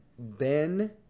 Ben